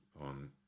on